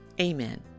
amen